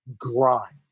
grind